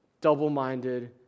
double-minded